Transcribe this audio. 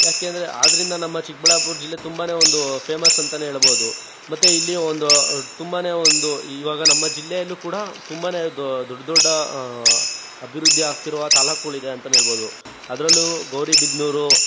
ಯಾಕೆಂದ್ರೆ ಆದ್ದರಿಂದ ನಮ್ಮ ಚಿಕ್ಕಬಳ್ಳಾಪುರ ಜಿಲ್ಲೆ ತುಂಬನೇ ಒಂದು ಫೇಮಸ್ ಅಂತಲೇ ಹೇಳಬಹುದು ಮತ್ತೆ ಇಲ್ಲಿಯ ಒಂದು ತುಂಬನೇ ಒಂದು ಈವಾಗ ನಮ್ಮ ಜಿಲ್ಲೆಯಲ್ಲೂ ಕೂಡ ತುಂಬನೇ ದೊಡ್ಡ ದೊಡ್ಡ ಅಭಿವೃದ್ಧಿಯಾಗ್ತಿರುವ ತಾಲ್ಲೂಕುಗುಳಿದೆ ಅಂತಲೇ ಹೇಳಬಹುದು ಅದರಲ್ಲೂ ಗೌರಿಬಿದನೂರು